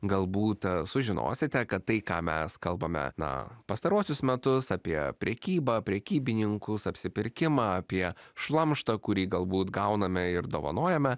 galbūt sužinosite kad tai ką mes kalbame na pastaruosius metus apie prekybą prekybininkus apsipirkimą apie šlamštą kurį galbūt gauname ir dovanojame